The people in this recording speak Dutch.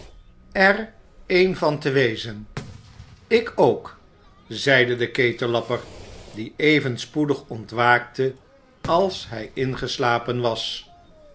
er een van te wezen ik ook zeide de ketellapper die even spoedig ontwaakte als hij ingeslapen was